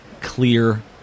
clear